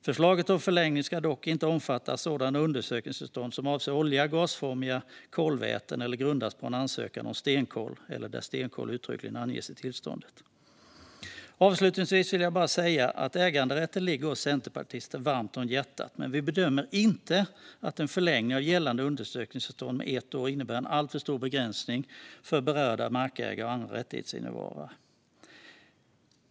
Förslaget om förlängning ska dock inte omfatta sådana undersökningstillstånd som avser olja eller gasformiga kolväten eller som grundas på en ansökan om stenkol eller där stenkol uttryckligen anges i tillståndet. Avslutningsvis vill jag bara säga att äganderätten ligger oss centerpartister varmt om hjärtat, men vi bedömer inte att en förlängning av gällande undersökningstillstånd med ett år innebär en alltför stor begränsning för berörda markägare och andra rättighetsinnehavare.